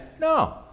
no